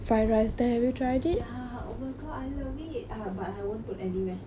ya[oh] my god I love it but I won't put any vegetables